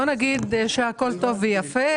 בואו נגיד שהכול טוב ויפה,